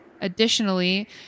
Additionally